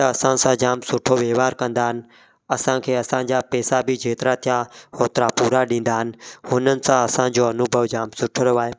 त असां सां जामु सुठो व्यवहार कंदा आहिनि असांखे असां जा पैसा बि जेतिरा थिया होतिरा पूरा ॾींदा आहिनि हुननि सां असांजो अनुभव जामु सुठो रहियो आहे